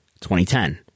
2010